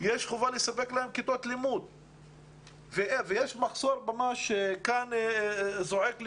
יש חובה לספק להם כיתות לימוד וכאן יש מחסור גדול שזועק לשמיים.